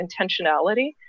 intentionality